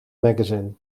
magazine